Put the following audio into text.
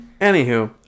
Anywho